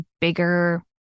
bigger